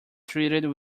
treated